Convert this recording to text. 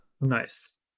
Nice